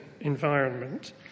environment